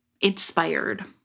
inspired